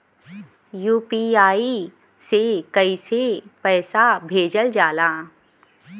UPI से कइसे पैसा भेजल जाला?